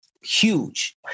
huge